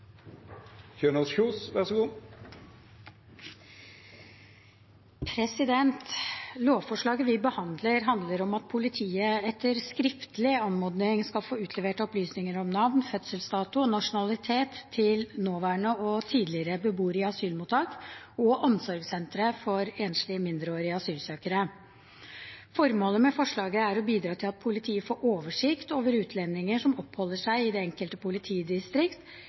Lovforslaget vi behandler, handler om at politiet, etter skriftlig anmodning, skal få utlevert opplysninger om navn, fødselsdato og nasjonalitet til nåværende og tidligere beboere i asylmottak og omsorgssentre for enslige mindreårige asylsøkere. Formålet med forslaget er å bidra til at politiet får oversikt over utlendinger som oppholder seg i det enkelte politidistrikt,